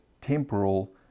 temporal